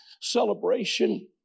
celebration